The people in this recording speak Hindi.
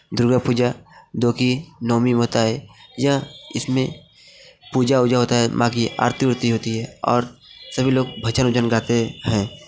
दुर्गा पूजा जो की नवमी होता है यह इसमें पूजा वूजा होता है मां की आरती ओरती होती है और सभी लोग भजन वजन गाते हैं